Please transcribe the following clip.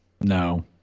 No